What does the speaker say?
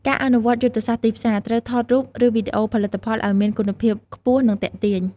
ការអនុវត្តយុទ្ធសាស្ត្រទីផ្សារ ត្រូវថតរូប ឬវីដេអូផលិតផលឱ្យមានគុណភាពខ្ពស់ និងទាក់ទាញ។